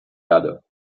erde